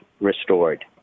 restored